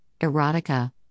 erotica